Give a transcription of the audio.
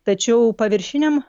tačiau paviršiniam